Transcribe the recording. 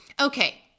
okay